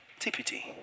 TPT